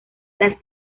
las